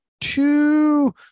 two